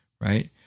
Right